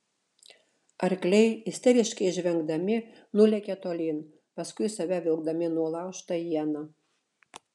arkliai isteriškai žvengdami nulėkė tolyn paskui save vilkdami nulaužtą ieną